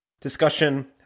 discussion